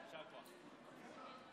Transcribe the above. חבר הכנסת